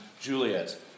Juliet